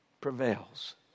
prevails